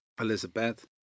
Elizabeth